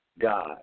God